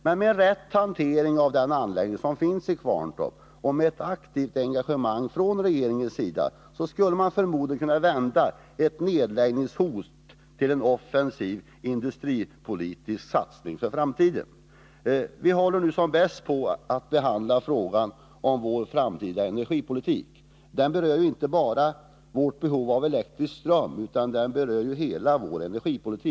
Med rätt hantering av den anläggning som finns i Kvarntorp och med ett aktivt engagemang från regeringens sida skulle man förmodligen kunna vända ett nedläggningshot till en offensiv industripolitisk satsning för framtiden. Vi håller nu som bäst på med att behandla frågan om vår framtida energipolitik. Den berör ju inte bara vårt behov av elektrisk ström, utan den berör hela vår energiförsörjning.